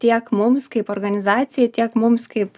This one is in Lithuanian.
tiek mums kaip organizacijai tiek mums kaip